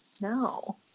No